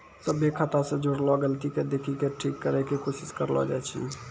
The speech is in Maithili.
सभ्भे खाता से जुड़लो गलती के देखि के ठीक करै के कोशिश करलो जाय छै